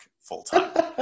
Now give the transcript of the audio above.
full-time